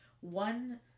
one